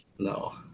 No